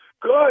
Good